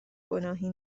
گناهی